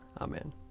Amen